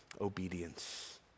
obedience